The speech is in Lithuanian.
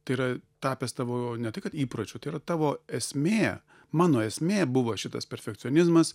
tai yra tapęs tavo ne tai kad įpročiu tai yra tavo esmė mano esmė buvo šitas perfekcionizmas